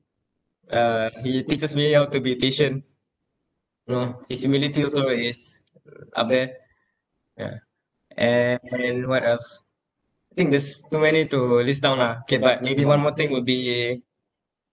uh he teaches me how to be patient you know his humility also it is up there yeah and and what else think there's too many to list down lah K but maybe one more thing would be